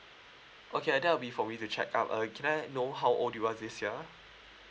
okay ah there will be for me to check out uh can I know how old you are this year